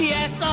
Yes